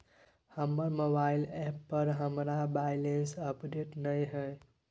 हमर mobile app पर हमरा बैलेंस अपडेट नय हय